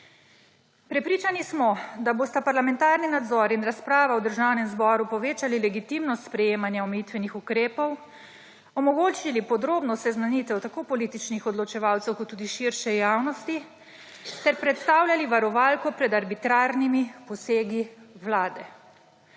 Prepričani smo, da bosta parlamentarni nadzor in razprava v Državnem zboru povečali legitimnost sprejemanja omejitvenih ukrepov, omogočili podrobno seznanitev tako političnih odločevalcev kot tudi širše javnosti ter predstavljali varovalko pred arbitrarnimi posegi vlade.